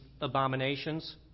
abominations